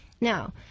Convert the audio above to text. Now